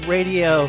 Radio